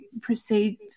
proceed